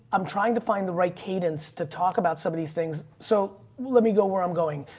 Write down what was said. i'm trying to find the right cadence to talk about some of these things. so let me go where i'm going.